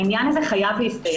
העניין הזה חייב להסתיים.